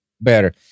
better